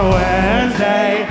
wednesday